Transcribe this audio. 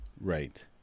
Right